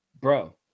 bro